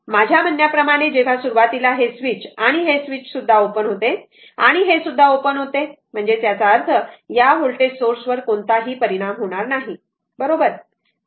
तर माझ्या म्हणण्या प्रमाणे जेव्हा सुरुवातीला हे स्विच आणि हे स्विच सुद्धा ओपन होते आणि हे सुद्धा ओपन होते तर याचा अर्थ या वोल्टेज सोर्स वर कोणताही परिणाम होणार नाही बरोबर